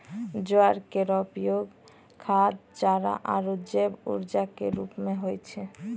ज्वार केरो उपयोग खाद्य, चारा आरु जैव ऊर्जा क रूप म होय छै